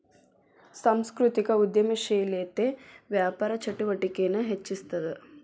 ಸಾಂಸ್ಕೃತಿಕ ಉದ್ಯಮಶೇಲತೆ ವ್ಯಾಪಾರ ಚಟುವಟಿಕೆನ ಹೆಚ್ಚಿಸ್ತದ